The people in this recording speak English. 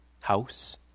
house